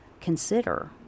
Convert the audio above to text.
consider